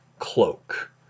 Cloak